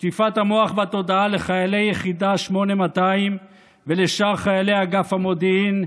שטיפת המוח והתודעה לחיילי יחידה 8200 ולשאר חיילי אגף המודיעין,